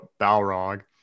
balrog